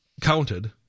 counted